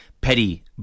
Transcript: petty